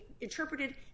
interpreted